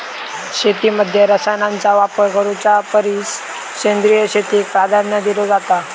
शेतीमध्ये रसायनांचा वापर करुच्या परिस सेंद्रिय शेतीक प्राधान्य दिलो जाता